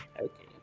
Okay